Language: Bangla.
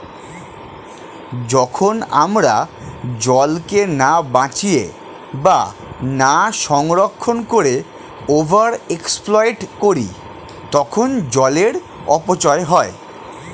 যখন আমরা জলকে না বাঁচিয়ে বা না সংরক্ষণ করে ওভার এক্সপ্লইট করি তখন জলের অপচয় হয়